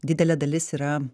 didelė dalis yra